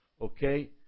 Okay